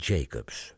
Jacobs